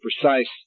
precise